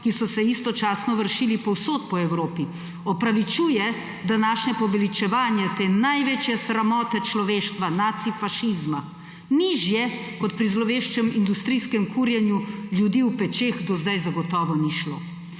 ki so se istočasno vršili povsod po Evropi, opravičuje današnje poveličevanje te največje sramote človeštva – nacifašizma, nižje kot pri zloveščem industrijskem kurjenju ljudi v pečeh do sedaj zagotovo ni šlo.